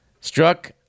Struck